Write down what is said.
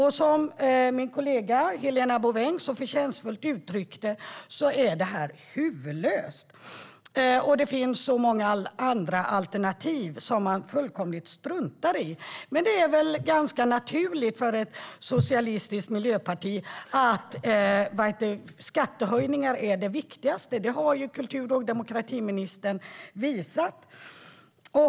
Som min kollega Helena Bouveng så förtjänstfullt uttryckte är det här huvudlöst. Det finns så många andra alternativ som man fullkomligt struntar i. Men det är väl ganska naturligt för ett socialistiskt miljöparti att skattehöjningar är det viktigaste. Det har kultur och demokratiministern visat.